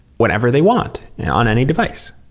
whatever they want on any device.